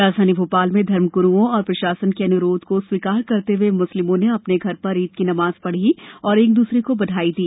राजधानी भोपाल में धर्म ग्रुओं और प्रशासन के अन्रोध को स्वीकार करते हए मुस्लिमों ने अपने घर पर ईद की नमाज पढ़ी और एक दूसरे को बधाई दी